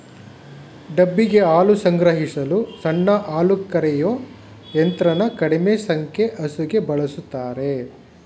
ಡಬ್ಬಿಗೆ ಹಾಲು ಸಂಗ್ರಹಿಸಲು ಸಣ್ಣ ಹಾಲುಕರೆಯೋ ಯಂತ್ರನ ಕಡಿಮೆ ಸಂಖ್ಯೆ ಹಸುಗೆ ಬಳುಸ್ತಾರೆ